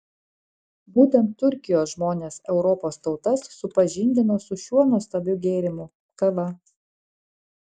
būtent turkijos žmonės europos tautas supažindino su šiuo nuostabiu gėrimu kava